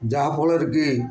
ଯାହାଫଳରେ କି